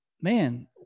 man